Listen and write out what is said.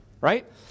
right